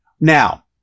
Now